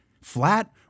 flat